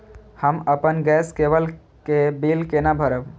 हम अपन गैस केवल के बिल केना भरब?